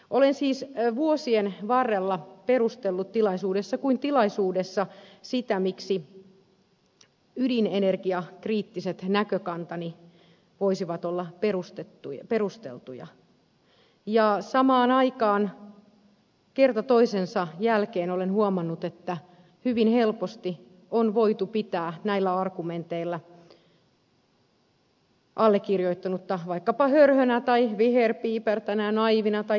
olen siis vuosien varrella perustellut tilaisuudessa kuin tilaisuudessa sitä miksi ydinenergiakriittiset näkökantani voisivat olla perusteltuja ja samaan aikaan kerta toisensa jälkeen olen huomannut että hyvin helposti on voitu pitää näillä argumenteilla allekirjoittanutta vaikkapa hörhönä tai viherpiipertäjänä naiivina tai tietämättömänä